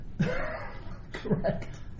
Correct